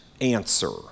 answer